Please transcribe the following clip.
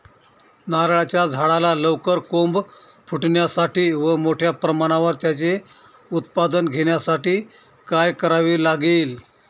नारळाच्या झाडाला लवकर कोंब फुटण्यासाठी व मोठ्या प्रमाणावर त्याचे उत्पादन घेण्यासाठी काय करावे लागेल?